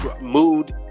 mood